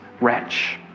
wretch